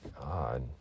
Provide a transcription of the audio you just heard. God